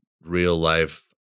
real-life